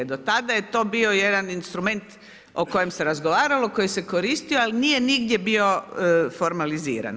Do tada je to bio jedan instrument o kojem se razgovaralo, koji se koristio, ali nigdje nije bio formaliziran.